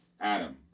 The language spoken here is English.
Adam